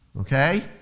Okay